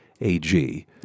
AG